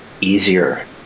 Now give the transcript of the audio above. easier